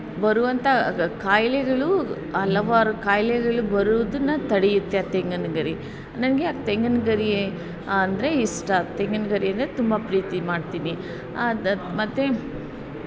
ಬರುವಂಥ ಖಾಯಿಲೆಗಳು ಹಲವಾರು ಖಾಯ್ಲೆಗಳು ಬರೋದನ್ನ ತಡೆಯುತ್ತೆ ಆ ತೆಂಗಿನ ಗರಿ ನನಗೆ ಆ ತೆಂಗಿನ ಗರಿ ಅಂದರೆ ಇಷ್ಟ ತೆಂಗಿನ ಗರಿ ಅಂದರೆ ತುಂಬ ಪ್ರೀತಿ ಮಾಡ್ತೀನಿ ಮತ್ತು